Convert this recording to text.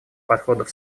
подходов